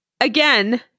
again